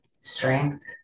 Strength